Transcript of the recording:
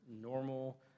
normal